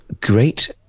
Great